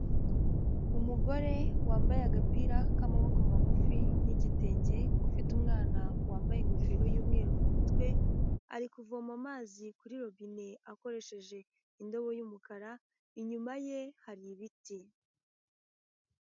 Umugore wambaye agapira k'amaboko magufi n'igitenge ufite umwana wambaye ingofero y'umweru mu mutwe, ari kuvoma amazi kurirobine akoresheje indobo y'umukara, inyuma ye hari ibiti.